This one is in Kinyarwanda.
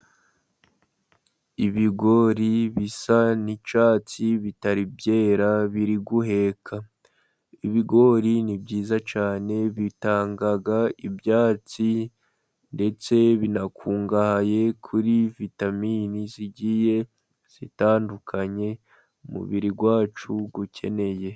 Ibigori bisa n'icyatsi bitari byera biri guheka. Ibigori ni byiza cyane bitanga ibyatsi, ndetse binakungahaye kuri vitamini zigiye zitandukanye umubiri wacu ukeneye.